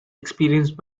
experienced